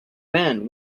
men